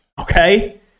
okay